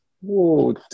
whoa